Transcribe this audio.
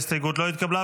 ההסתייגות לא התקבלה.